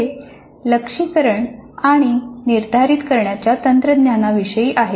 हे लक्ष्यीकरण आणि निर्धारित करण्याच्या तंत्रज्ञानाविषयी आहे